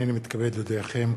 הנני מתכבד להודיעכם,